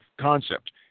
concept